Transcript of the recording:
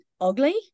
ugly